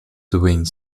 duane